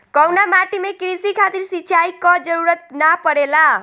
कउना माटी में क़ृषि खातिर सिंचाई क जरूरत ना पड़ेला?